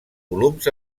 volums